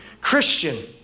Christian